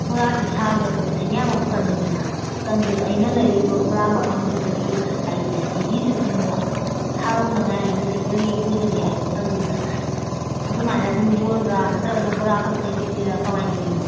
ꯕꯣꯔꯥꯁꯤ ꯁꯥꯕꯗ ꯄꯣꯠꯆꯩ ꯃꯌꯥꯝ ꯑꯃ ꯆꯪꯉꯤꯗꯅ ꯆꯪꯕꯗꯨ ꯑꯩꯅ ꯂꯩꯔꯤꯕ ꯕꯣꯔꯥ ꯃꯐꯝꯗꯨꯗꯒꯤ ꯍꯥꯏꯗꯤ ꯑꯩꯒꯤꯁꯨ ꯌꯨꯝꯗ ꯁꯥꯔꯨꯅꯉꯥꯏ ꯑꯩꯅ ꯂꯩꯖꯒꯦ ꯄꯨꯖꯒꯦ ꯍꯥꯏꯕ ꯃꯇꯝꯗꯨꯗ ꯑꯗꯨꯃꯥꯏꯅ ꯑꯗꯨꯝ ꯌꯣꯟꯕ꯭ꯔꯥ ꯅꯠꯇ꯭ꯔꯒꯅ ꯕꯣꯔꯥ ꯈꯛꯇ ꯌꯣꯜꯂꯤꯔ ꯀꯃꯥꯏꯅ ꯇꯧꯔꯤꯅꯣ